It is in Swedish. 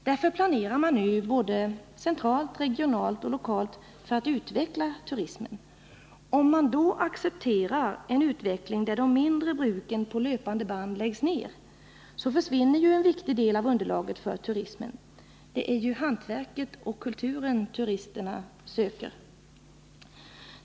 Därför planerar man nu centralt, regionalt och lokalt för att utveckla turismen. Om man då accepterar en utveckling där de mindre bruken på löpande band läggs ned, försvinner en viktig del av underlaget för turismen. Det är ju hantverket och kulturen turisterna söker.